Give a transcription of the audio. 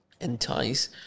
entice